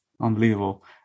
unbelievable